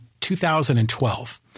2012